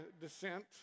descent